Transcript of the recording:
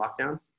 lockdown